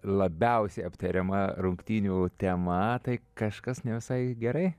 labiausiai aptariama rungtynių tema tai kažkas ne visai gerai